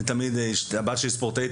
הבית שלי ספורטאית,